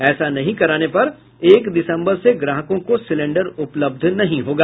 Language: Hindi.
ऐसा नहीं कराने पर एक दिसम्बर से ग्राहकों को सिलेंडर उपलब्ध नहीं होगा